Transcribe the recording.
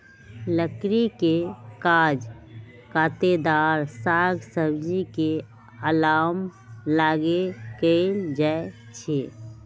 लकड़ी के काज लत्तेदार साग सब्जी के अलाम लागी कएल जाइ छइ